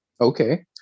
Okay